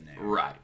Right